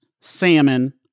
salmon